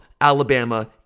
Alabama